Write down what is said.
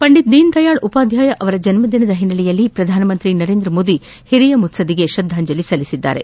ಪಂಡಿತ್ ದೀನ್ದಯಾಳ್ ಉಪಾಧ್ಡಾಯ ಅವರ ಜನ್ನದಿನದ ಹಿನ್ನೆಲೆಯಲ್ಲಿ ಪ್ರಧಾನಮಂತ್ರಿ ನರೇಂದ್ರ ಮೋದಿ ಹಿರಿಯ ಮುತ್ಸದ್ದಿಗೆ ಶ್ರದ್ದಾಂಜಲಿ ಸಲ್ಲಿಸಿದರು